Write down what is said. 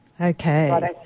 Okay